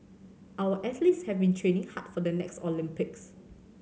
our athletes have been training hard for the next Olympics